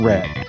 Red